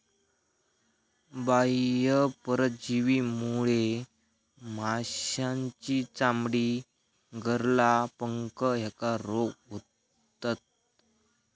बाह्य परजीवीमुळे माशांची चामडी, गरला, पंख ह्येका रोग होतत